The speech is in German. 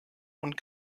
und